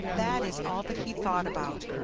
that is all that he thought about,